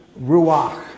ruach